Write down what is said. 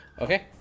Okay